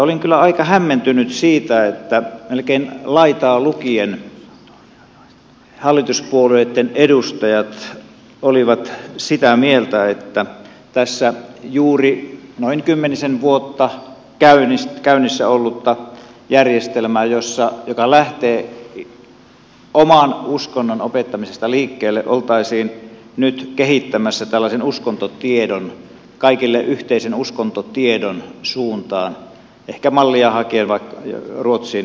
olin kyllä aika hämmentynyt siitä että melkein laitaa lukien hallituspuolueitten edustajat olivat sitä mieltä että tätä kymmenisen vuotta käynnissä ollutta järjestelmää joka lähtee oman uskonnon opettamisesta liikkeelle oltaisiin nyt kehittämässä tällaisen uskontotiedon kaikille yhteisen uskontotiedon suuntaan ehkä mallia hakien ruotsin suunnasta